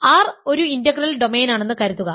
അതിനാൽ R ഒരു integral ഡൊമെയ്നാണെന്ന് കരുതുക